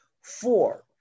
Four